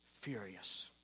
furious